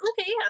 Okay